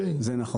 זה נכון.